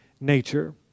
nature